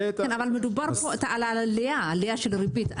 כן, אבל מדובר פה על עלייה, על עלייה של ריבית.